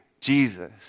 Jesus